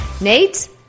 Nate